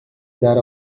dar